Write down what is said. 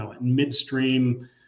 midstream